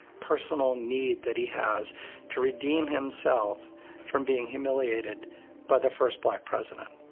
personal need that he has to redeem himself from being humiliated by the first black president.